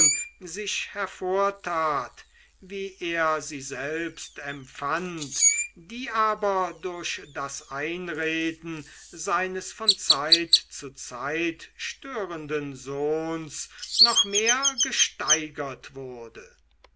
sich hervortat wie er sie selbst empfand die aber durch das einreden seines von zeit zu zeit störenden sohns noch mehr gesteigert wurde